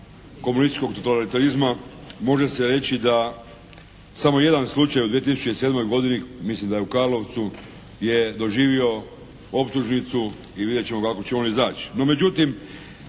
komunističkog totalitarizma može se reći da samo jedan slučaj u 2007. godini, mislim da je u Karlovcu je doživio optužnicu i vidjet ćemo kako će on izaći.